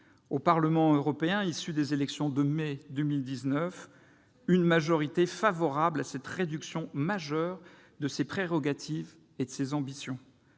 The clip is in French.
au Parlement européen issu des élections de mai 2019, une majorité favorable à cette réduction majeure de ses prérogatives et de ses ambitions.